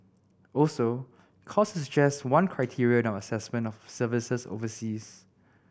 also cost is just one criteria in our assessment of services overseas